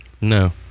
No